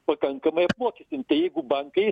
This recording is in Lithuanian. pakankamai apmokestinti jeigu bankai